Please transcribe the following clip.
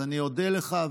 אז אודה לך,